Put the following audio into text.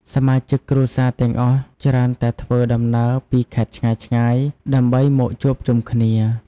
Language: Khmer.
សមាជិកគ្រួសារទាំងអស់ច្រើនតែធ្វើដំណើរពីខេត្តឆ្ងាយៗ ដើម្បីមកជួបជុំគ្នា។